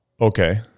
okay